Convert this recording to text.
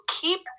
keep